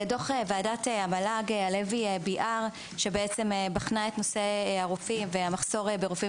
דוח ועדת המל"ג הלוי- ביהר שבחנה את נושא מחסור הרופאים וגם